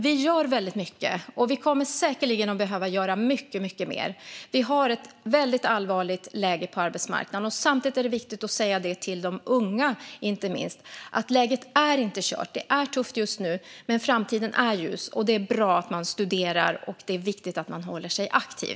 Vi gör väldigt mycket och kommer säkerligen att behöva göra mycket mer. Vi har ett väldigt allvarligt läge på arbetsmarknaden. Samtidigt är det viktigt att säga inte minst till de unga att läget inte är kört. Det är tufft just nu, men framtiden är ljus. Det är bra att man studerar, och det är viktigt att man håller sig aktiv.